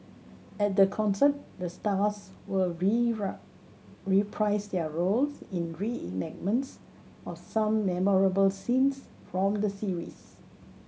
at the concert the stars will reprise their roles in reenactments of some memorable scenes from the series